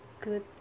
good